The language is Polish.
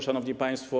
Szanowni Państwo!